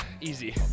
easy